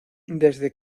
desde